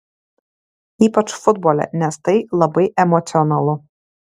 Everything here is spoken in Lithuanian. ypač futbole nes tai labai emocionalu